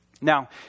Now